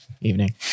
evening